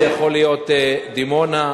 זה יכול להיות דימונה בדרום,